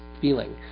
feeling